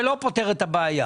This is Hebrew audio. זה לא פותר את הבעיה.